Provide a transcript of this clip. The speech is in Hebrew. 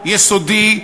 יסודי,